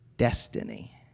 Destiny